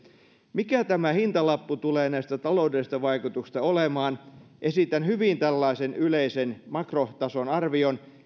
mikä tämä hintalappu tulee näistä taloudellisista vaikutuksista olemaan esitän hyvin tällaisen yleisen makrotason arvion